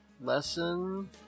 lesson